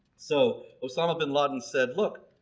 so osama bin laden said look